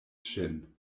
ŝin